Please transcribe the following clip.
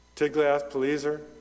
Tiglath-Pileser